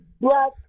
black